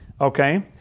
Okay